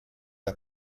der